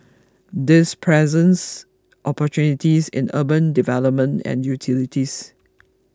this presents opportunities in urban development and utilities